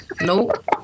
Nope